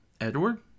Edward